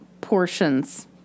portions